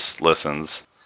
listens